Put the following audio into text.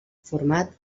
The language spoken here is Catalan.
format